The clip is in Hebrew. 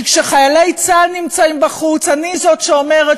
כי כשחיילי צה"ל נמצאים בחוץ אני זאת שאומרת